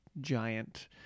giant